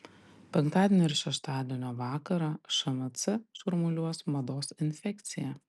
penktadienio ir šeštadienio vakarą šmc šurmuliuos mados infekcija